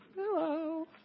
hello